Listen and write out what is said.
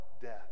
death